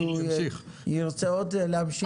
כי הוא ירצה עוד להמשיך את הדיון.